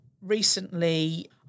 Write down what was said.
Recently